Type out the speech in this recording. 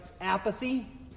apathy